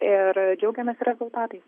ir džiaugiamės rezultatais